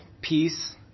peace